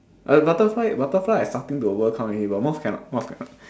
uh butterfly butterfly I fucking overcome already but moth cannot moth cannot